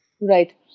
Right